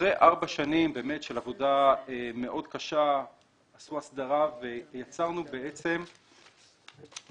אחרי ארבע שנים של עבודה מאוד קשה עשו הסדרה ויצרנו בעצם מצב